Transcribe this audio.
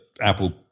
apple